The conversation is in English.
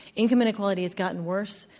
income inequality has gotten worse.